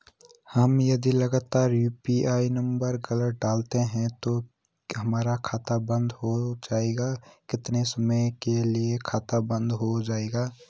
हम यदि लगातार यु.पी.आई नम्बर गलत डालते हैं तो क्या हमारा खाता बन्द हो जाएगा कितने समय के लिए खाता बन्द हो जाएगा?